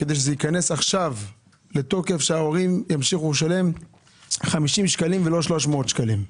כדי שזה ייכנס עכשיו לתוקף שההורים ימשיכו לשלם 50 שקלים ולא 300 שקלים.